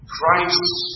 Christ